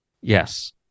Yes